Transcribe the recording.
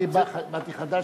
באתי חדש,